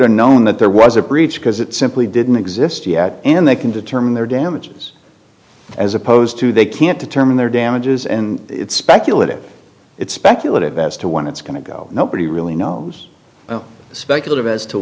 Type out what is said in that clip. have known that there was a breach because it simply didn't exist yet and they can determine their damages as opposed to they can't determine their damages and it's speculative it's speculative as to when it's going to go nobody really knows speculative as to